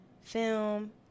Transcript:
film